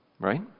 Right